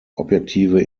objektive